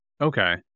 Okay